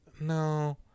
no